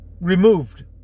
removed